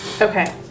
Okay